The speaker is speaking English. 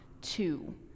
two